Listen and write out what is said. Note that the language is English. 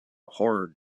horror